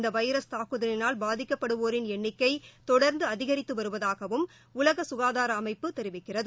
இந்தவைரஸ் தாக்குதலினால் பாதிக்கப்படுவோரின் எண்ணிக்கைதொடர்ந்துஅதிகரித்துவருவதாகவும் உலகசுகாதாரஅமைப்பு தெரிவிக்கிறது